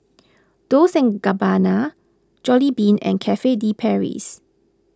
Dolce and Gabbana Jollibean and Cafe De Paris